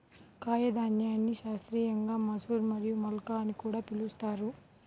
కాయధాన్యాన్ని శాస్త్రీయంగా మసూర్ మరియు మల్కా అని కూడా పిలుస్తారు